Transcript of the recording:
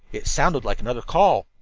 it sounded like another call.